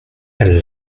elle